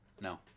No